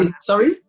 sorry